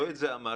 לא את זה אמרתי.